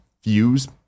fuse